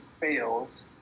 fails